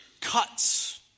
cuts